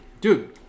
dude